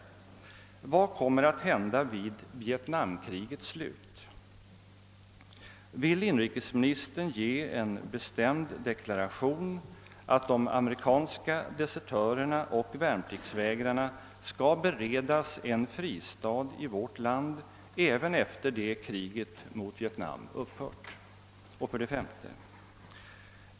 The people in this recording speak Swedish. Vad kommer att hända vid vietnamkrigets slut? Vill inrikesministern avge en bestämd deklaration att de amerikanska desertörerna och värnpliktsvägrarna skall beredas en fristad i vårt land även efter det att kriget mot Vietnam upphört? 5.